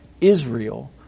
Israel